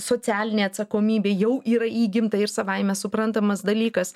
socialinė atsakomybė jau yra įgimta ir savaime suprantamas dalykas